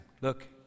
Look